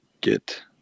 get